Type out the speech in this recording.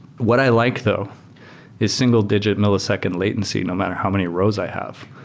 what i like though is single-digit millisecond latency, no matter how many rows i have.